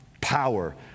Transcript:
power